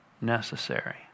necessary